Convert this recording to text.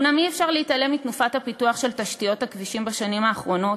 אומנם אי-אפשר להתעלם מתנופת הפיתוח של תשתיות הכבישים בשנים האחרונות,